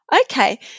okay